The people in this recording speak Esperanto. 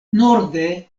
norde